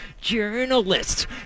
journalists